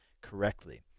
correctly